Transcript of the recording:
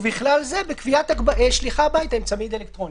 ההצעה שלי זה נכון שאומרים האם נכון לקחת את כולם קודם כל למלוניות,